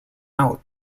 out